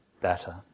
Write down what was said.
better